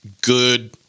good